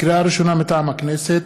לקריאה ראשונה, מטעם הכנסת: